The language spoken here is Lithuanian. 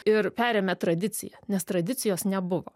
ir perėmė tradiciją nes tradicijos nebuvo